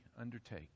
undertake